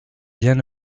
bien